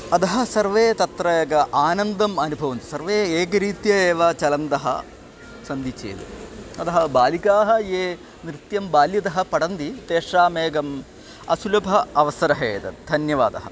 अतः सर्वे तत्र एकम् आनन्दम् अनुभवन्ति सर्वे एकरीत्या एव चलन्तः सन्ति चेद् अतः बालिकाः ये नृत्यं बाल्यतः पठन्ति तेषाम् एकः असुलभः अवसरः एतद् धन्यवादः